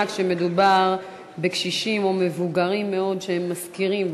כשמדובר בקשישים או מבוגרים מאוד שהם משכירים,